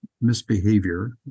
misbehavior